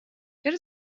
چرا